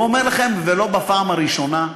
ואומר לכם, ולא בפעם הראשונה: